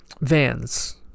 vans